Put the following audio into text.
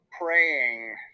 praying